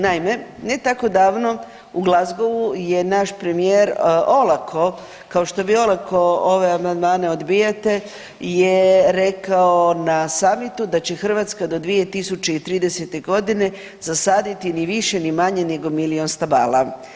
Naime, ne tako davno, u Glasgowu je naš premijer olako, kao što vi olako ove amandmane odbijate je rekao na samitu da će Hrvatska do 2030. zasaditi ni više ni manje nego milijun stabala.